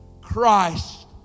Christ